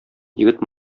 егет